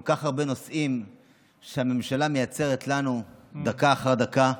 כל כך הרבה נושאים שהממשלה מייצרת לנו דקה אחר דקה.